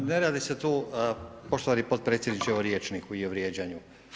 Ma ne radi se tu poštovani potpredsjedniče o rječniku i o vrijeđanju.